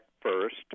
first